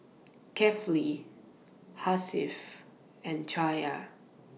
Kefli Hasif and Cahaya